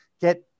get